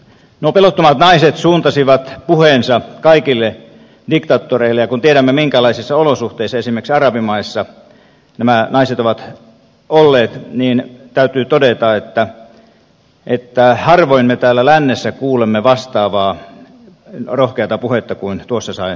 nuo pelottomat naiset suuntasivat puheensa kaikille diktaattoreille ja kun tiedämme minkälaisissa olosuhteissa esimerkiksi arabimaissa nämä naiset ovat olleet niin täytyy todeta että harvoin me täällä lännessä kuulemme vastaavaa rohkeata puhetta kuin tuossa sai kuulla